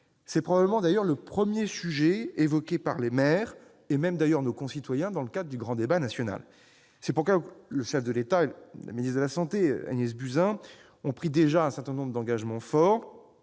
C'est probablement, d'ailleurs, le premier sujet évoqué par les maires et par nos concitoyens dans le cadre du grand débat national. C'est pourquoi le chef de l'État et la ministre des solidarités et de la santé, Agnès Buzyn, ont d'ores et déjà pris un certain nombre d'engagements forts